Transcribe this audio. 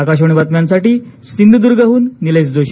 आकाशवाणी बातम्यांसाठी सिंधुद्र्गाहन निलेश जोशी